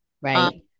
Right